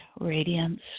radiance